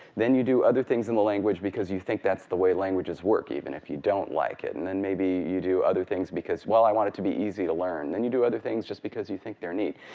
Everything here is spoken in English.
then you do other things in the language because you think that's the way languages work even if you don't like it. and then maybe you do other things because, well, i want it to be easy to learn. then you do other things just because you think they're neat.